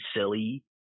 silly